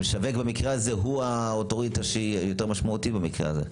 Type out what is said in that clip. המשווק במקרה הזה הוא האוטוריטה שהוא יותר משמעותי במקרה הזה.